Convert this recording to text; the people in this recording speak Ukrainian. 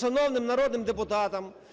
шановним народним депутатам,